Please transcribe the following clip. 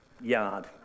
yard